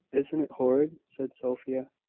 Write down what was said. isn't it horrid? said sophia.